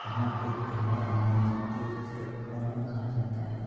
وہاں ایک تہوار منائی جاتی ہے جسے اونم کہا جاتا ہے